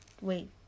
wait